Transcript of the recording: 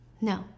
No